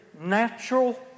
natural